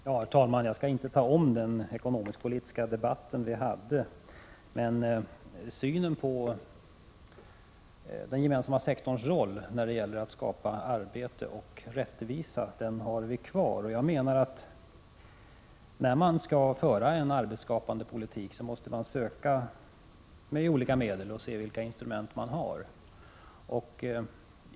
Herr talman! Jag skall inte ta om den ekonomisk-politiska debatt som vi haft. Synen på den gemensamma sektorns roll när det gäller att skapa arbete och rättvisa har vi kvar. När man skall föra en arbetsskapande politik måste man med olika medel söka se vilka instrument man har.